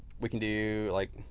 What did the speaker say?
we can do like,